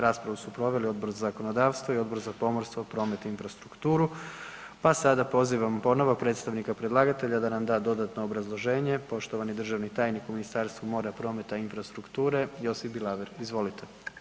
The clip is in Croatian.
Raspravu su proveli Odbor za zakonodavstvo i Odbor za pomorstvo, promet i infrastrukturu, pa sada pozivam ponovo predstavnika predlagatelja da nam da dodatno obrazloženje, poštovani državni tajnik u Ministarstvu mora, prometa i infrastrukture, Josip Bilaver, izvolite.